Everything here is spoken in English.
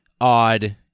odd